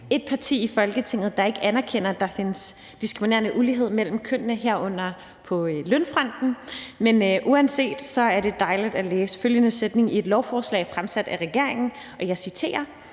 ét parti i Folketinget, der ikke anerkender, at der findes diskriminerende ulighed mellem kønnene, herunder på lønfronten, men uanset hvad, er det dejligt at læse følgende sætning i et lovforslag fremsat af regeringen: »lige